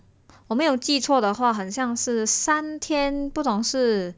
我没有记错的话很像是三天不懂是